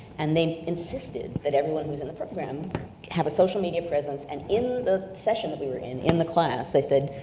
and they insisted that everyone who's in the program have a social media presence, and in the session that we were in, in the class, they said,